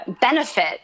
Benefit